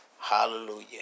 Hallelujah